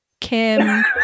Kim